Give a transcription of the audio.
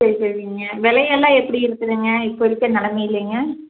சரி சரிங்க விலையெல்லாம் எப்படி இருக்குதுங்க இப்போது இருக்க நிலமைலைங்க